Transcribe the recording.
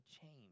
change